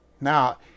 now